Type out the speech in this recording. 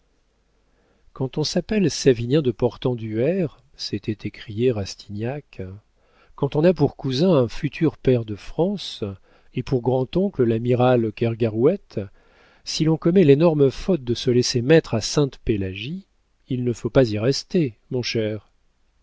quand on s'appelle savinien de portenduère s'était écrié rastignac quand on a pour cousin un futur pair de france et pour grand-oncle l'amiral kergarouët si l'on commet l'énorme faute de se laisser mettre à sainte-pélagie il ne faut pas y rester mon cher